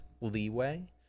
leeway